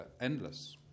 endless